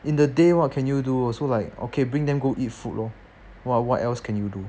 in the day what can you do so like okay bring them go eat food lor what what else can you do